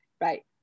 right